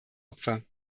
opfer